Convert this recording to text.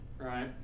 right